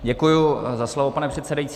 Děkuji za slovo, pane předsedající.